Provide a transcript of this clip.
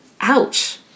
ouch